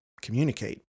communicate